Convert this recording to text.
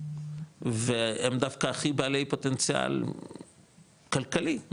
והם דווקא הכי בעלי פוטנציאל כלכלי,